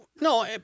No